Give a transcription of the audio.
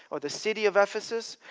or the city of ephesus.